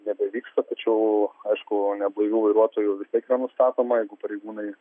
nebevyksta tačiau aišku neblaivių vairuotojų vis tiek yra nustatoma jeigu pareigūnai